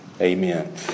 Amen